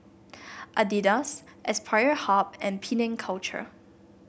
Adidas Aspire Hub and Penang Culture